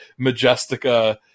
Majestica